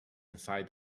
inside